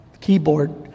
keyboard